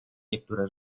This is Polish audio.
niektóre